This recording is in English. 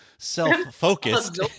self-focused